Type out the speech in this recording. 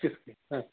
हं